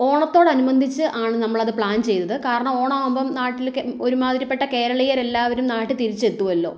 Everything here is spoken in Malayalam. ഓണത്തോട് അനുബന്ധിച്ച് ആണ് നമ്മൾ അത് പ്ലാൻ ചെയ്തത് കാരണം ഓണം ആകുമ്പം നാട്ടിലേക്ക് ഒരുമാതിരിപ്പെട്ട കേരളീയർ എല്ലാവരും നാട്ടിൽ തിരിച്ചെത്തുമല്ലോ